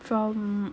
from